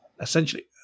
Essentially